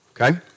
Okay